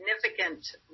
significant